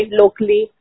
locally